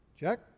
Check